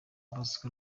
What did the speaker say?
bosco